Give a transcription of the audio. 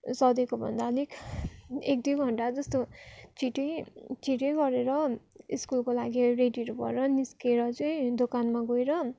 सधैँको भन्दा अलिक एक दुई घन्टा जस्तो छिटै छिटै गरेर स्कुलको लागि रेडीहरू भएर निस्केर चाहिँ दोकानमा गएर